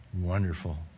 wonderful